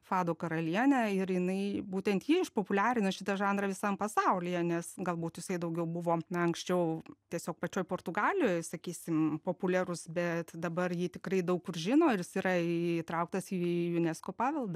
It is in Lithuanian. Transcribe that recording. fado karalienę ir jinai būtent ji išpopuliarino šitą žanrą visam pasaulyje nes galbūt jisai daugiau buvo na anksčiau tiesiog pačioj portugalijoj sakysim populiarus bet dabar jį tikrai daug kur žino ir jis yra įtrauktas į unesco paveldą